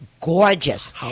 gorgeous